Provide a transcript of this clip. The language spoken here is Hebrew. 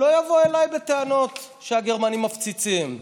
שלא יבוא אליי בטענות שהגרמנים מפציצים,